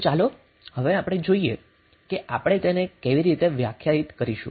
તો ચાલો હવે આપણે જોઈએ કે આપણે તેને કેવી રીતે વ્યાખ્યાયિત કરીશું